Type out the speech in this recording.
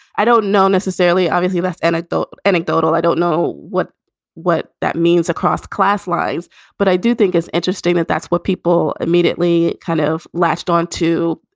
i don't know necessarily obviously, anecdotal anecdotal i don't know what what that means across class lines but i do think it's interesting that that's what people immediately kind of latched on to.